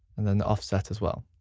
and then the offset as well.